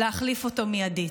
להחליף אותו מיידית.